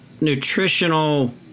nutritional